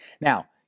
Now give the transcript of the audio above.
Now